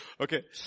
Okay